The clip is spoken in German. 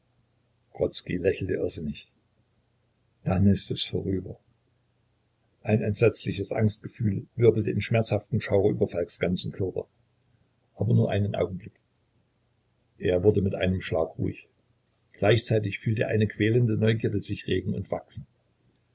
lächelte irrsinnig dann ist es vorüber ein entsetzliches angstgefühl wirbelte in schmerzhaftem schauer über falks ganzen körper aber nur einen augenblick er wurde mit einem schlag ruhig gleichzeitig fühlte er eine quälende neugierde sich regen und wachsen